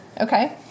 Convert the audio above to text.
okay